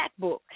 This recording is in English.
MacBook